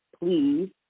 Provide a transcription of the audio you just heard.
please